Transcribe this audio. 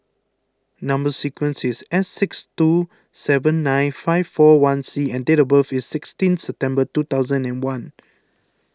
Number Sequence is S six two seven nine five four one C and date of birth is sixteen September two thousand and one